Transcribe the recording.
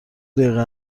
دقیقه